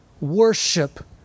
worship